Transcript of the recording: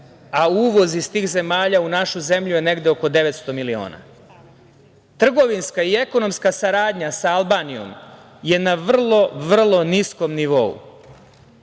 a uvoz iz tih zemalja u našu zemlju je negde oko 900 miliona, trgovinska i ekonomska saradnja sa Albanijom je na vrlo niskom nivou